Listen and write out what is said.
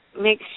make